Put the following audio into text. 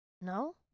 No